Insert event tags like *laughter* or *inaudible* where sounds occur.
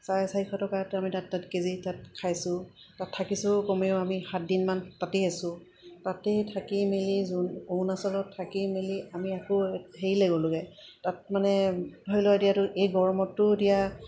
চাৰে চাৰিশ টকাত আমি তাত তাত কেজি তাত খাইছোঁ তাত থাকিছোঁ কমেও আমি সাত দিনমান তাতেই আছো তাতে থাকি মেলি *unintelligible* অৰুণাচলত থাকি মেলি আমি আকৌ হেৰিলৈ গ'লোগৈ তাত মানে ধৰি লওক এতিয়াতো এই গৰমতো এতিয়া